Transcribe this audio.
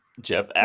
Jeff